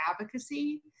advocacy